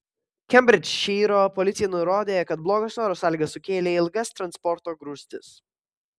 kembridžšyro policija nurodė kad blogos oro sąlygos sukėlė ilgas transporto grūstis